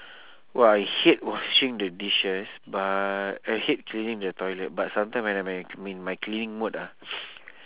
!wah! I hate washing the dishes but I hate cleaning the toilet but sometime when I'm in in my cleaning mode ah